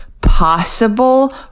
possible